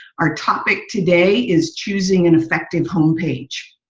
our topic today is choosing an effective home page.